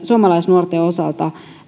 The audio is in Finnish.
suomalaisnuorten osalta